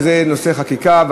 לנושא החקיקה.